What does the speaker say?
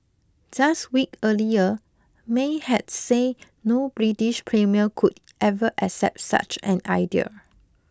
just week earlier May had said no British premier could ever accept such an idea